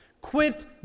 Quit